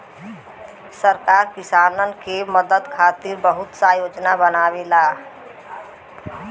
सरकार किसानन के मदद खातिर बहुत सा योजना बनावेला